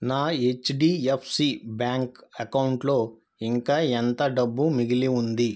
నా HDFC bank ఎకౌంట్లో ఇంకా ఎంత డబ్బు మిగిలి ఉంది